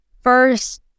First